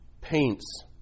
paints